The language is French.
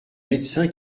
médecin